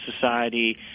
society